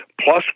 plus